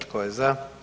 Tko je za?